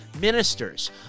ministers